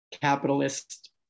capitalist